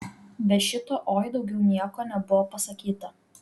be šito oi daugiau nieko nebuvo pasakyta